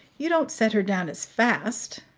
you don't set her down as fast?